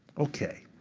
ok.